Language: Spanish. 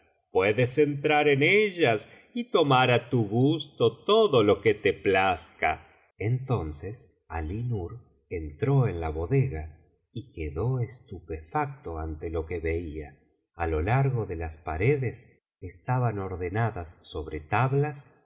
puedes entrar en ellas y tomar á tu gusto todo lo que te plazca entonces alí nur entró en la bodega y quedó estupefacto ante lo que veía a lo largo de las paredes estaban ordenadas sobre tablas